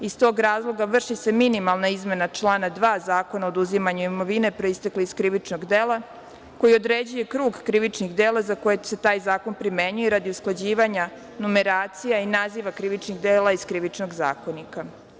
Iz tog razloga, vrši se minimalna izmena člana 2. Zakona o oduzimanju imovine proistekle iz krivičnog dela, koji određuje krug krivičnih dela za koje se taj zakon primenjuje radi usklađivanja numeracija i naziva krivičnih dela iz Krivičnog zakonika.